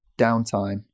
downtime